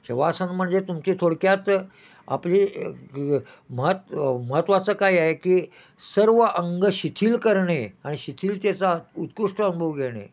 शवासन म्हणजे तुमचे थोडक्यात आपली मह महत्त्वाचं काय आहे की सर्व अंग शिथिल करणे आणि शिथिलतेचा उत्कृष्ट अनुभव घेणे